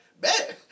Bet